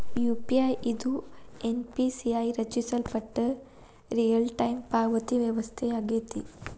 UPI ಇದು NPCI ರಚಿಸಲ್ಪಟ್ಟ real time ಪಾವತಿ ವ್ಯವಸ್ಥೆಯಾಗೆತಿ